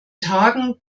tagen